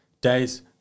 days